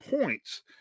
points